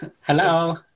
Hello